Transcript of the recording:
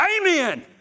Amen